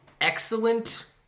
excellent